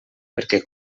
perquè